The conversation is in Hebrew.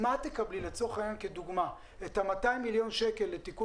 אם את תקבלי כדוגמה את 200 מיליון השקלים לתיקון